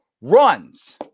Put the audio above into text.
runs